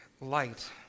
light